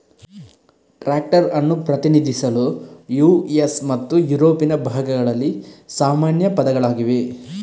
tractor ಅನ್ನು ಪ್ರತಿನಿಧಿಸಲು US ಮತ್ತು ಯುರೋಪಿನ ಭಾಗಗಳಲ್ಲಿ ಸಾಮಾನ್ಯ ಪದಗಳಾಗಿವೆ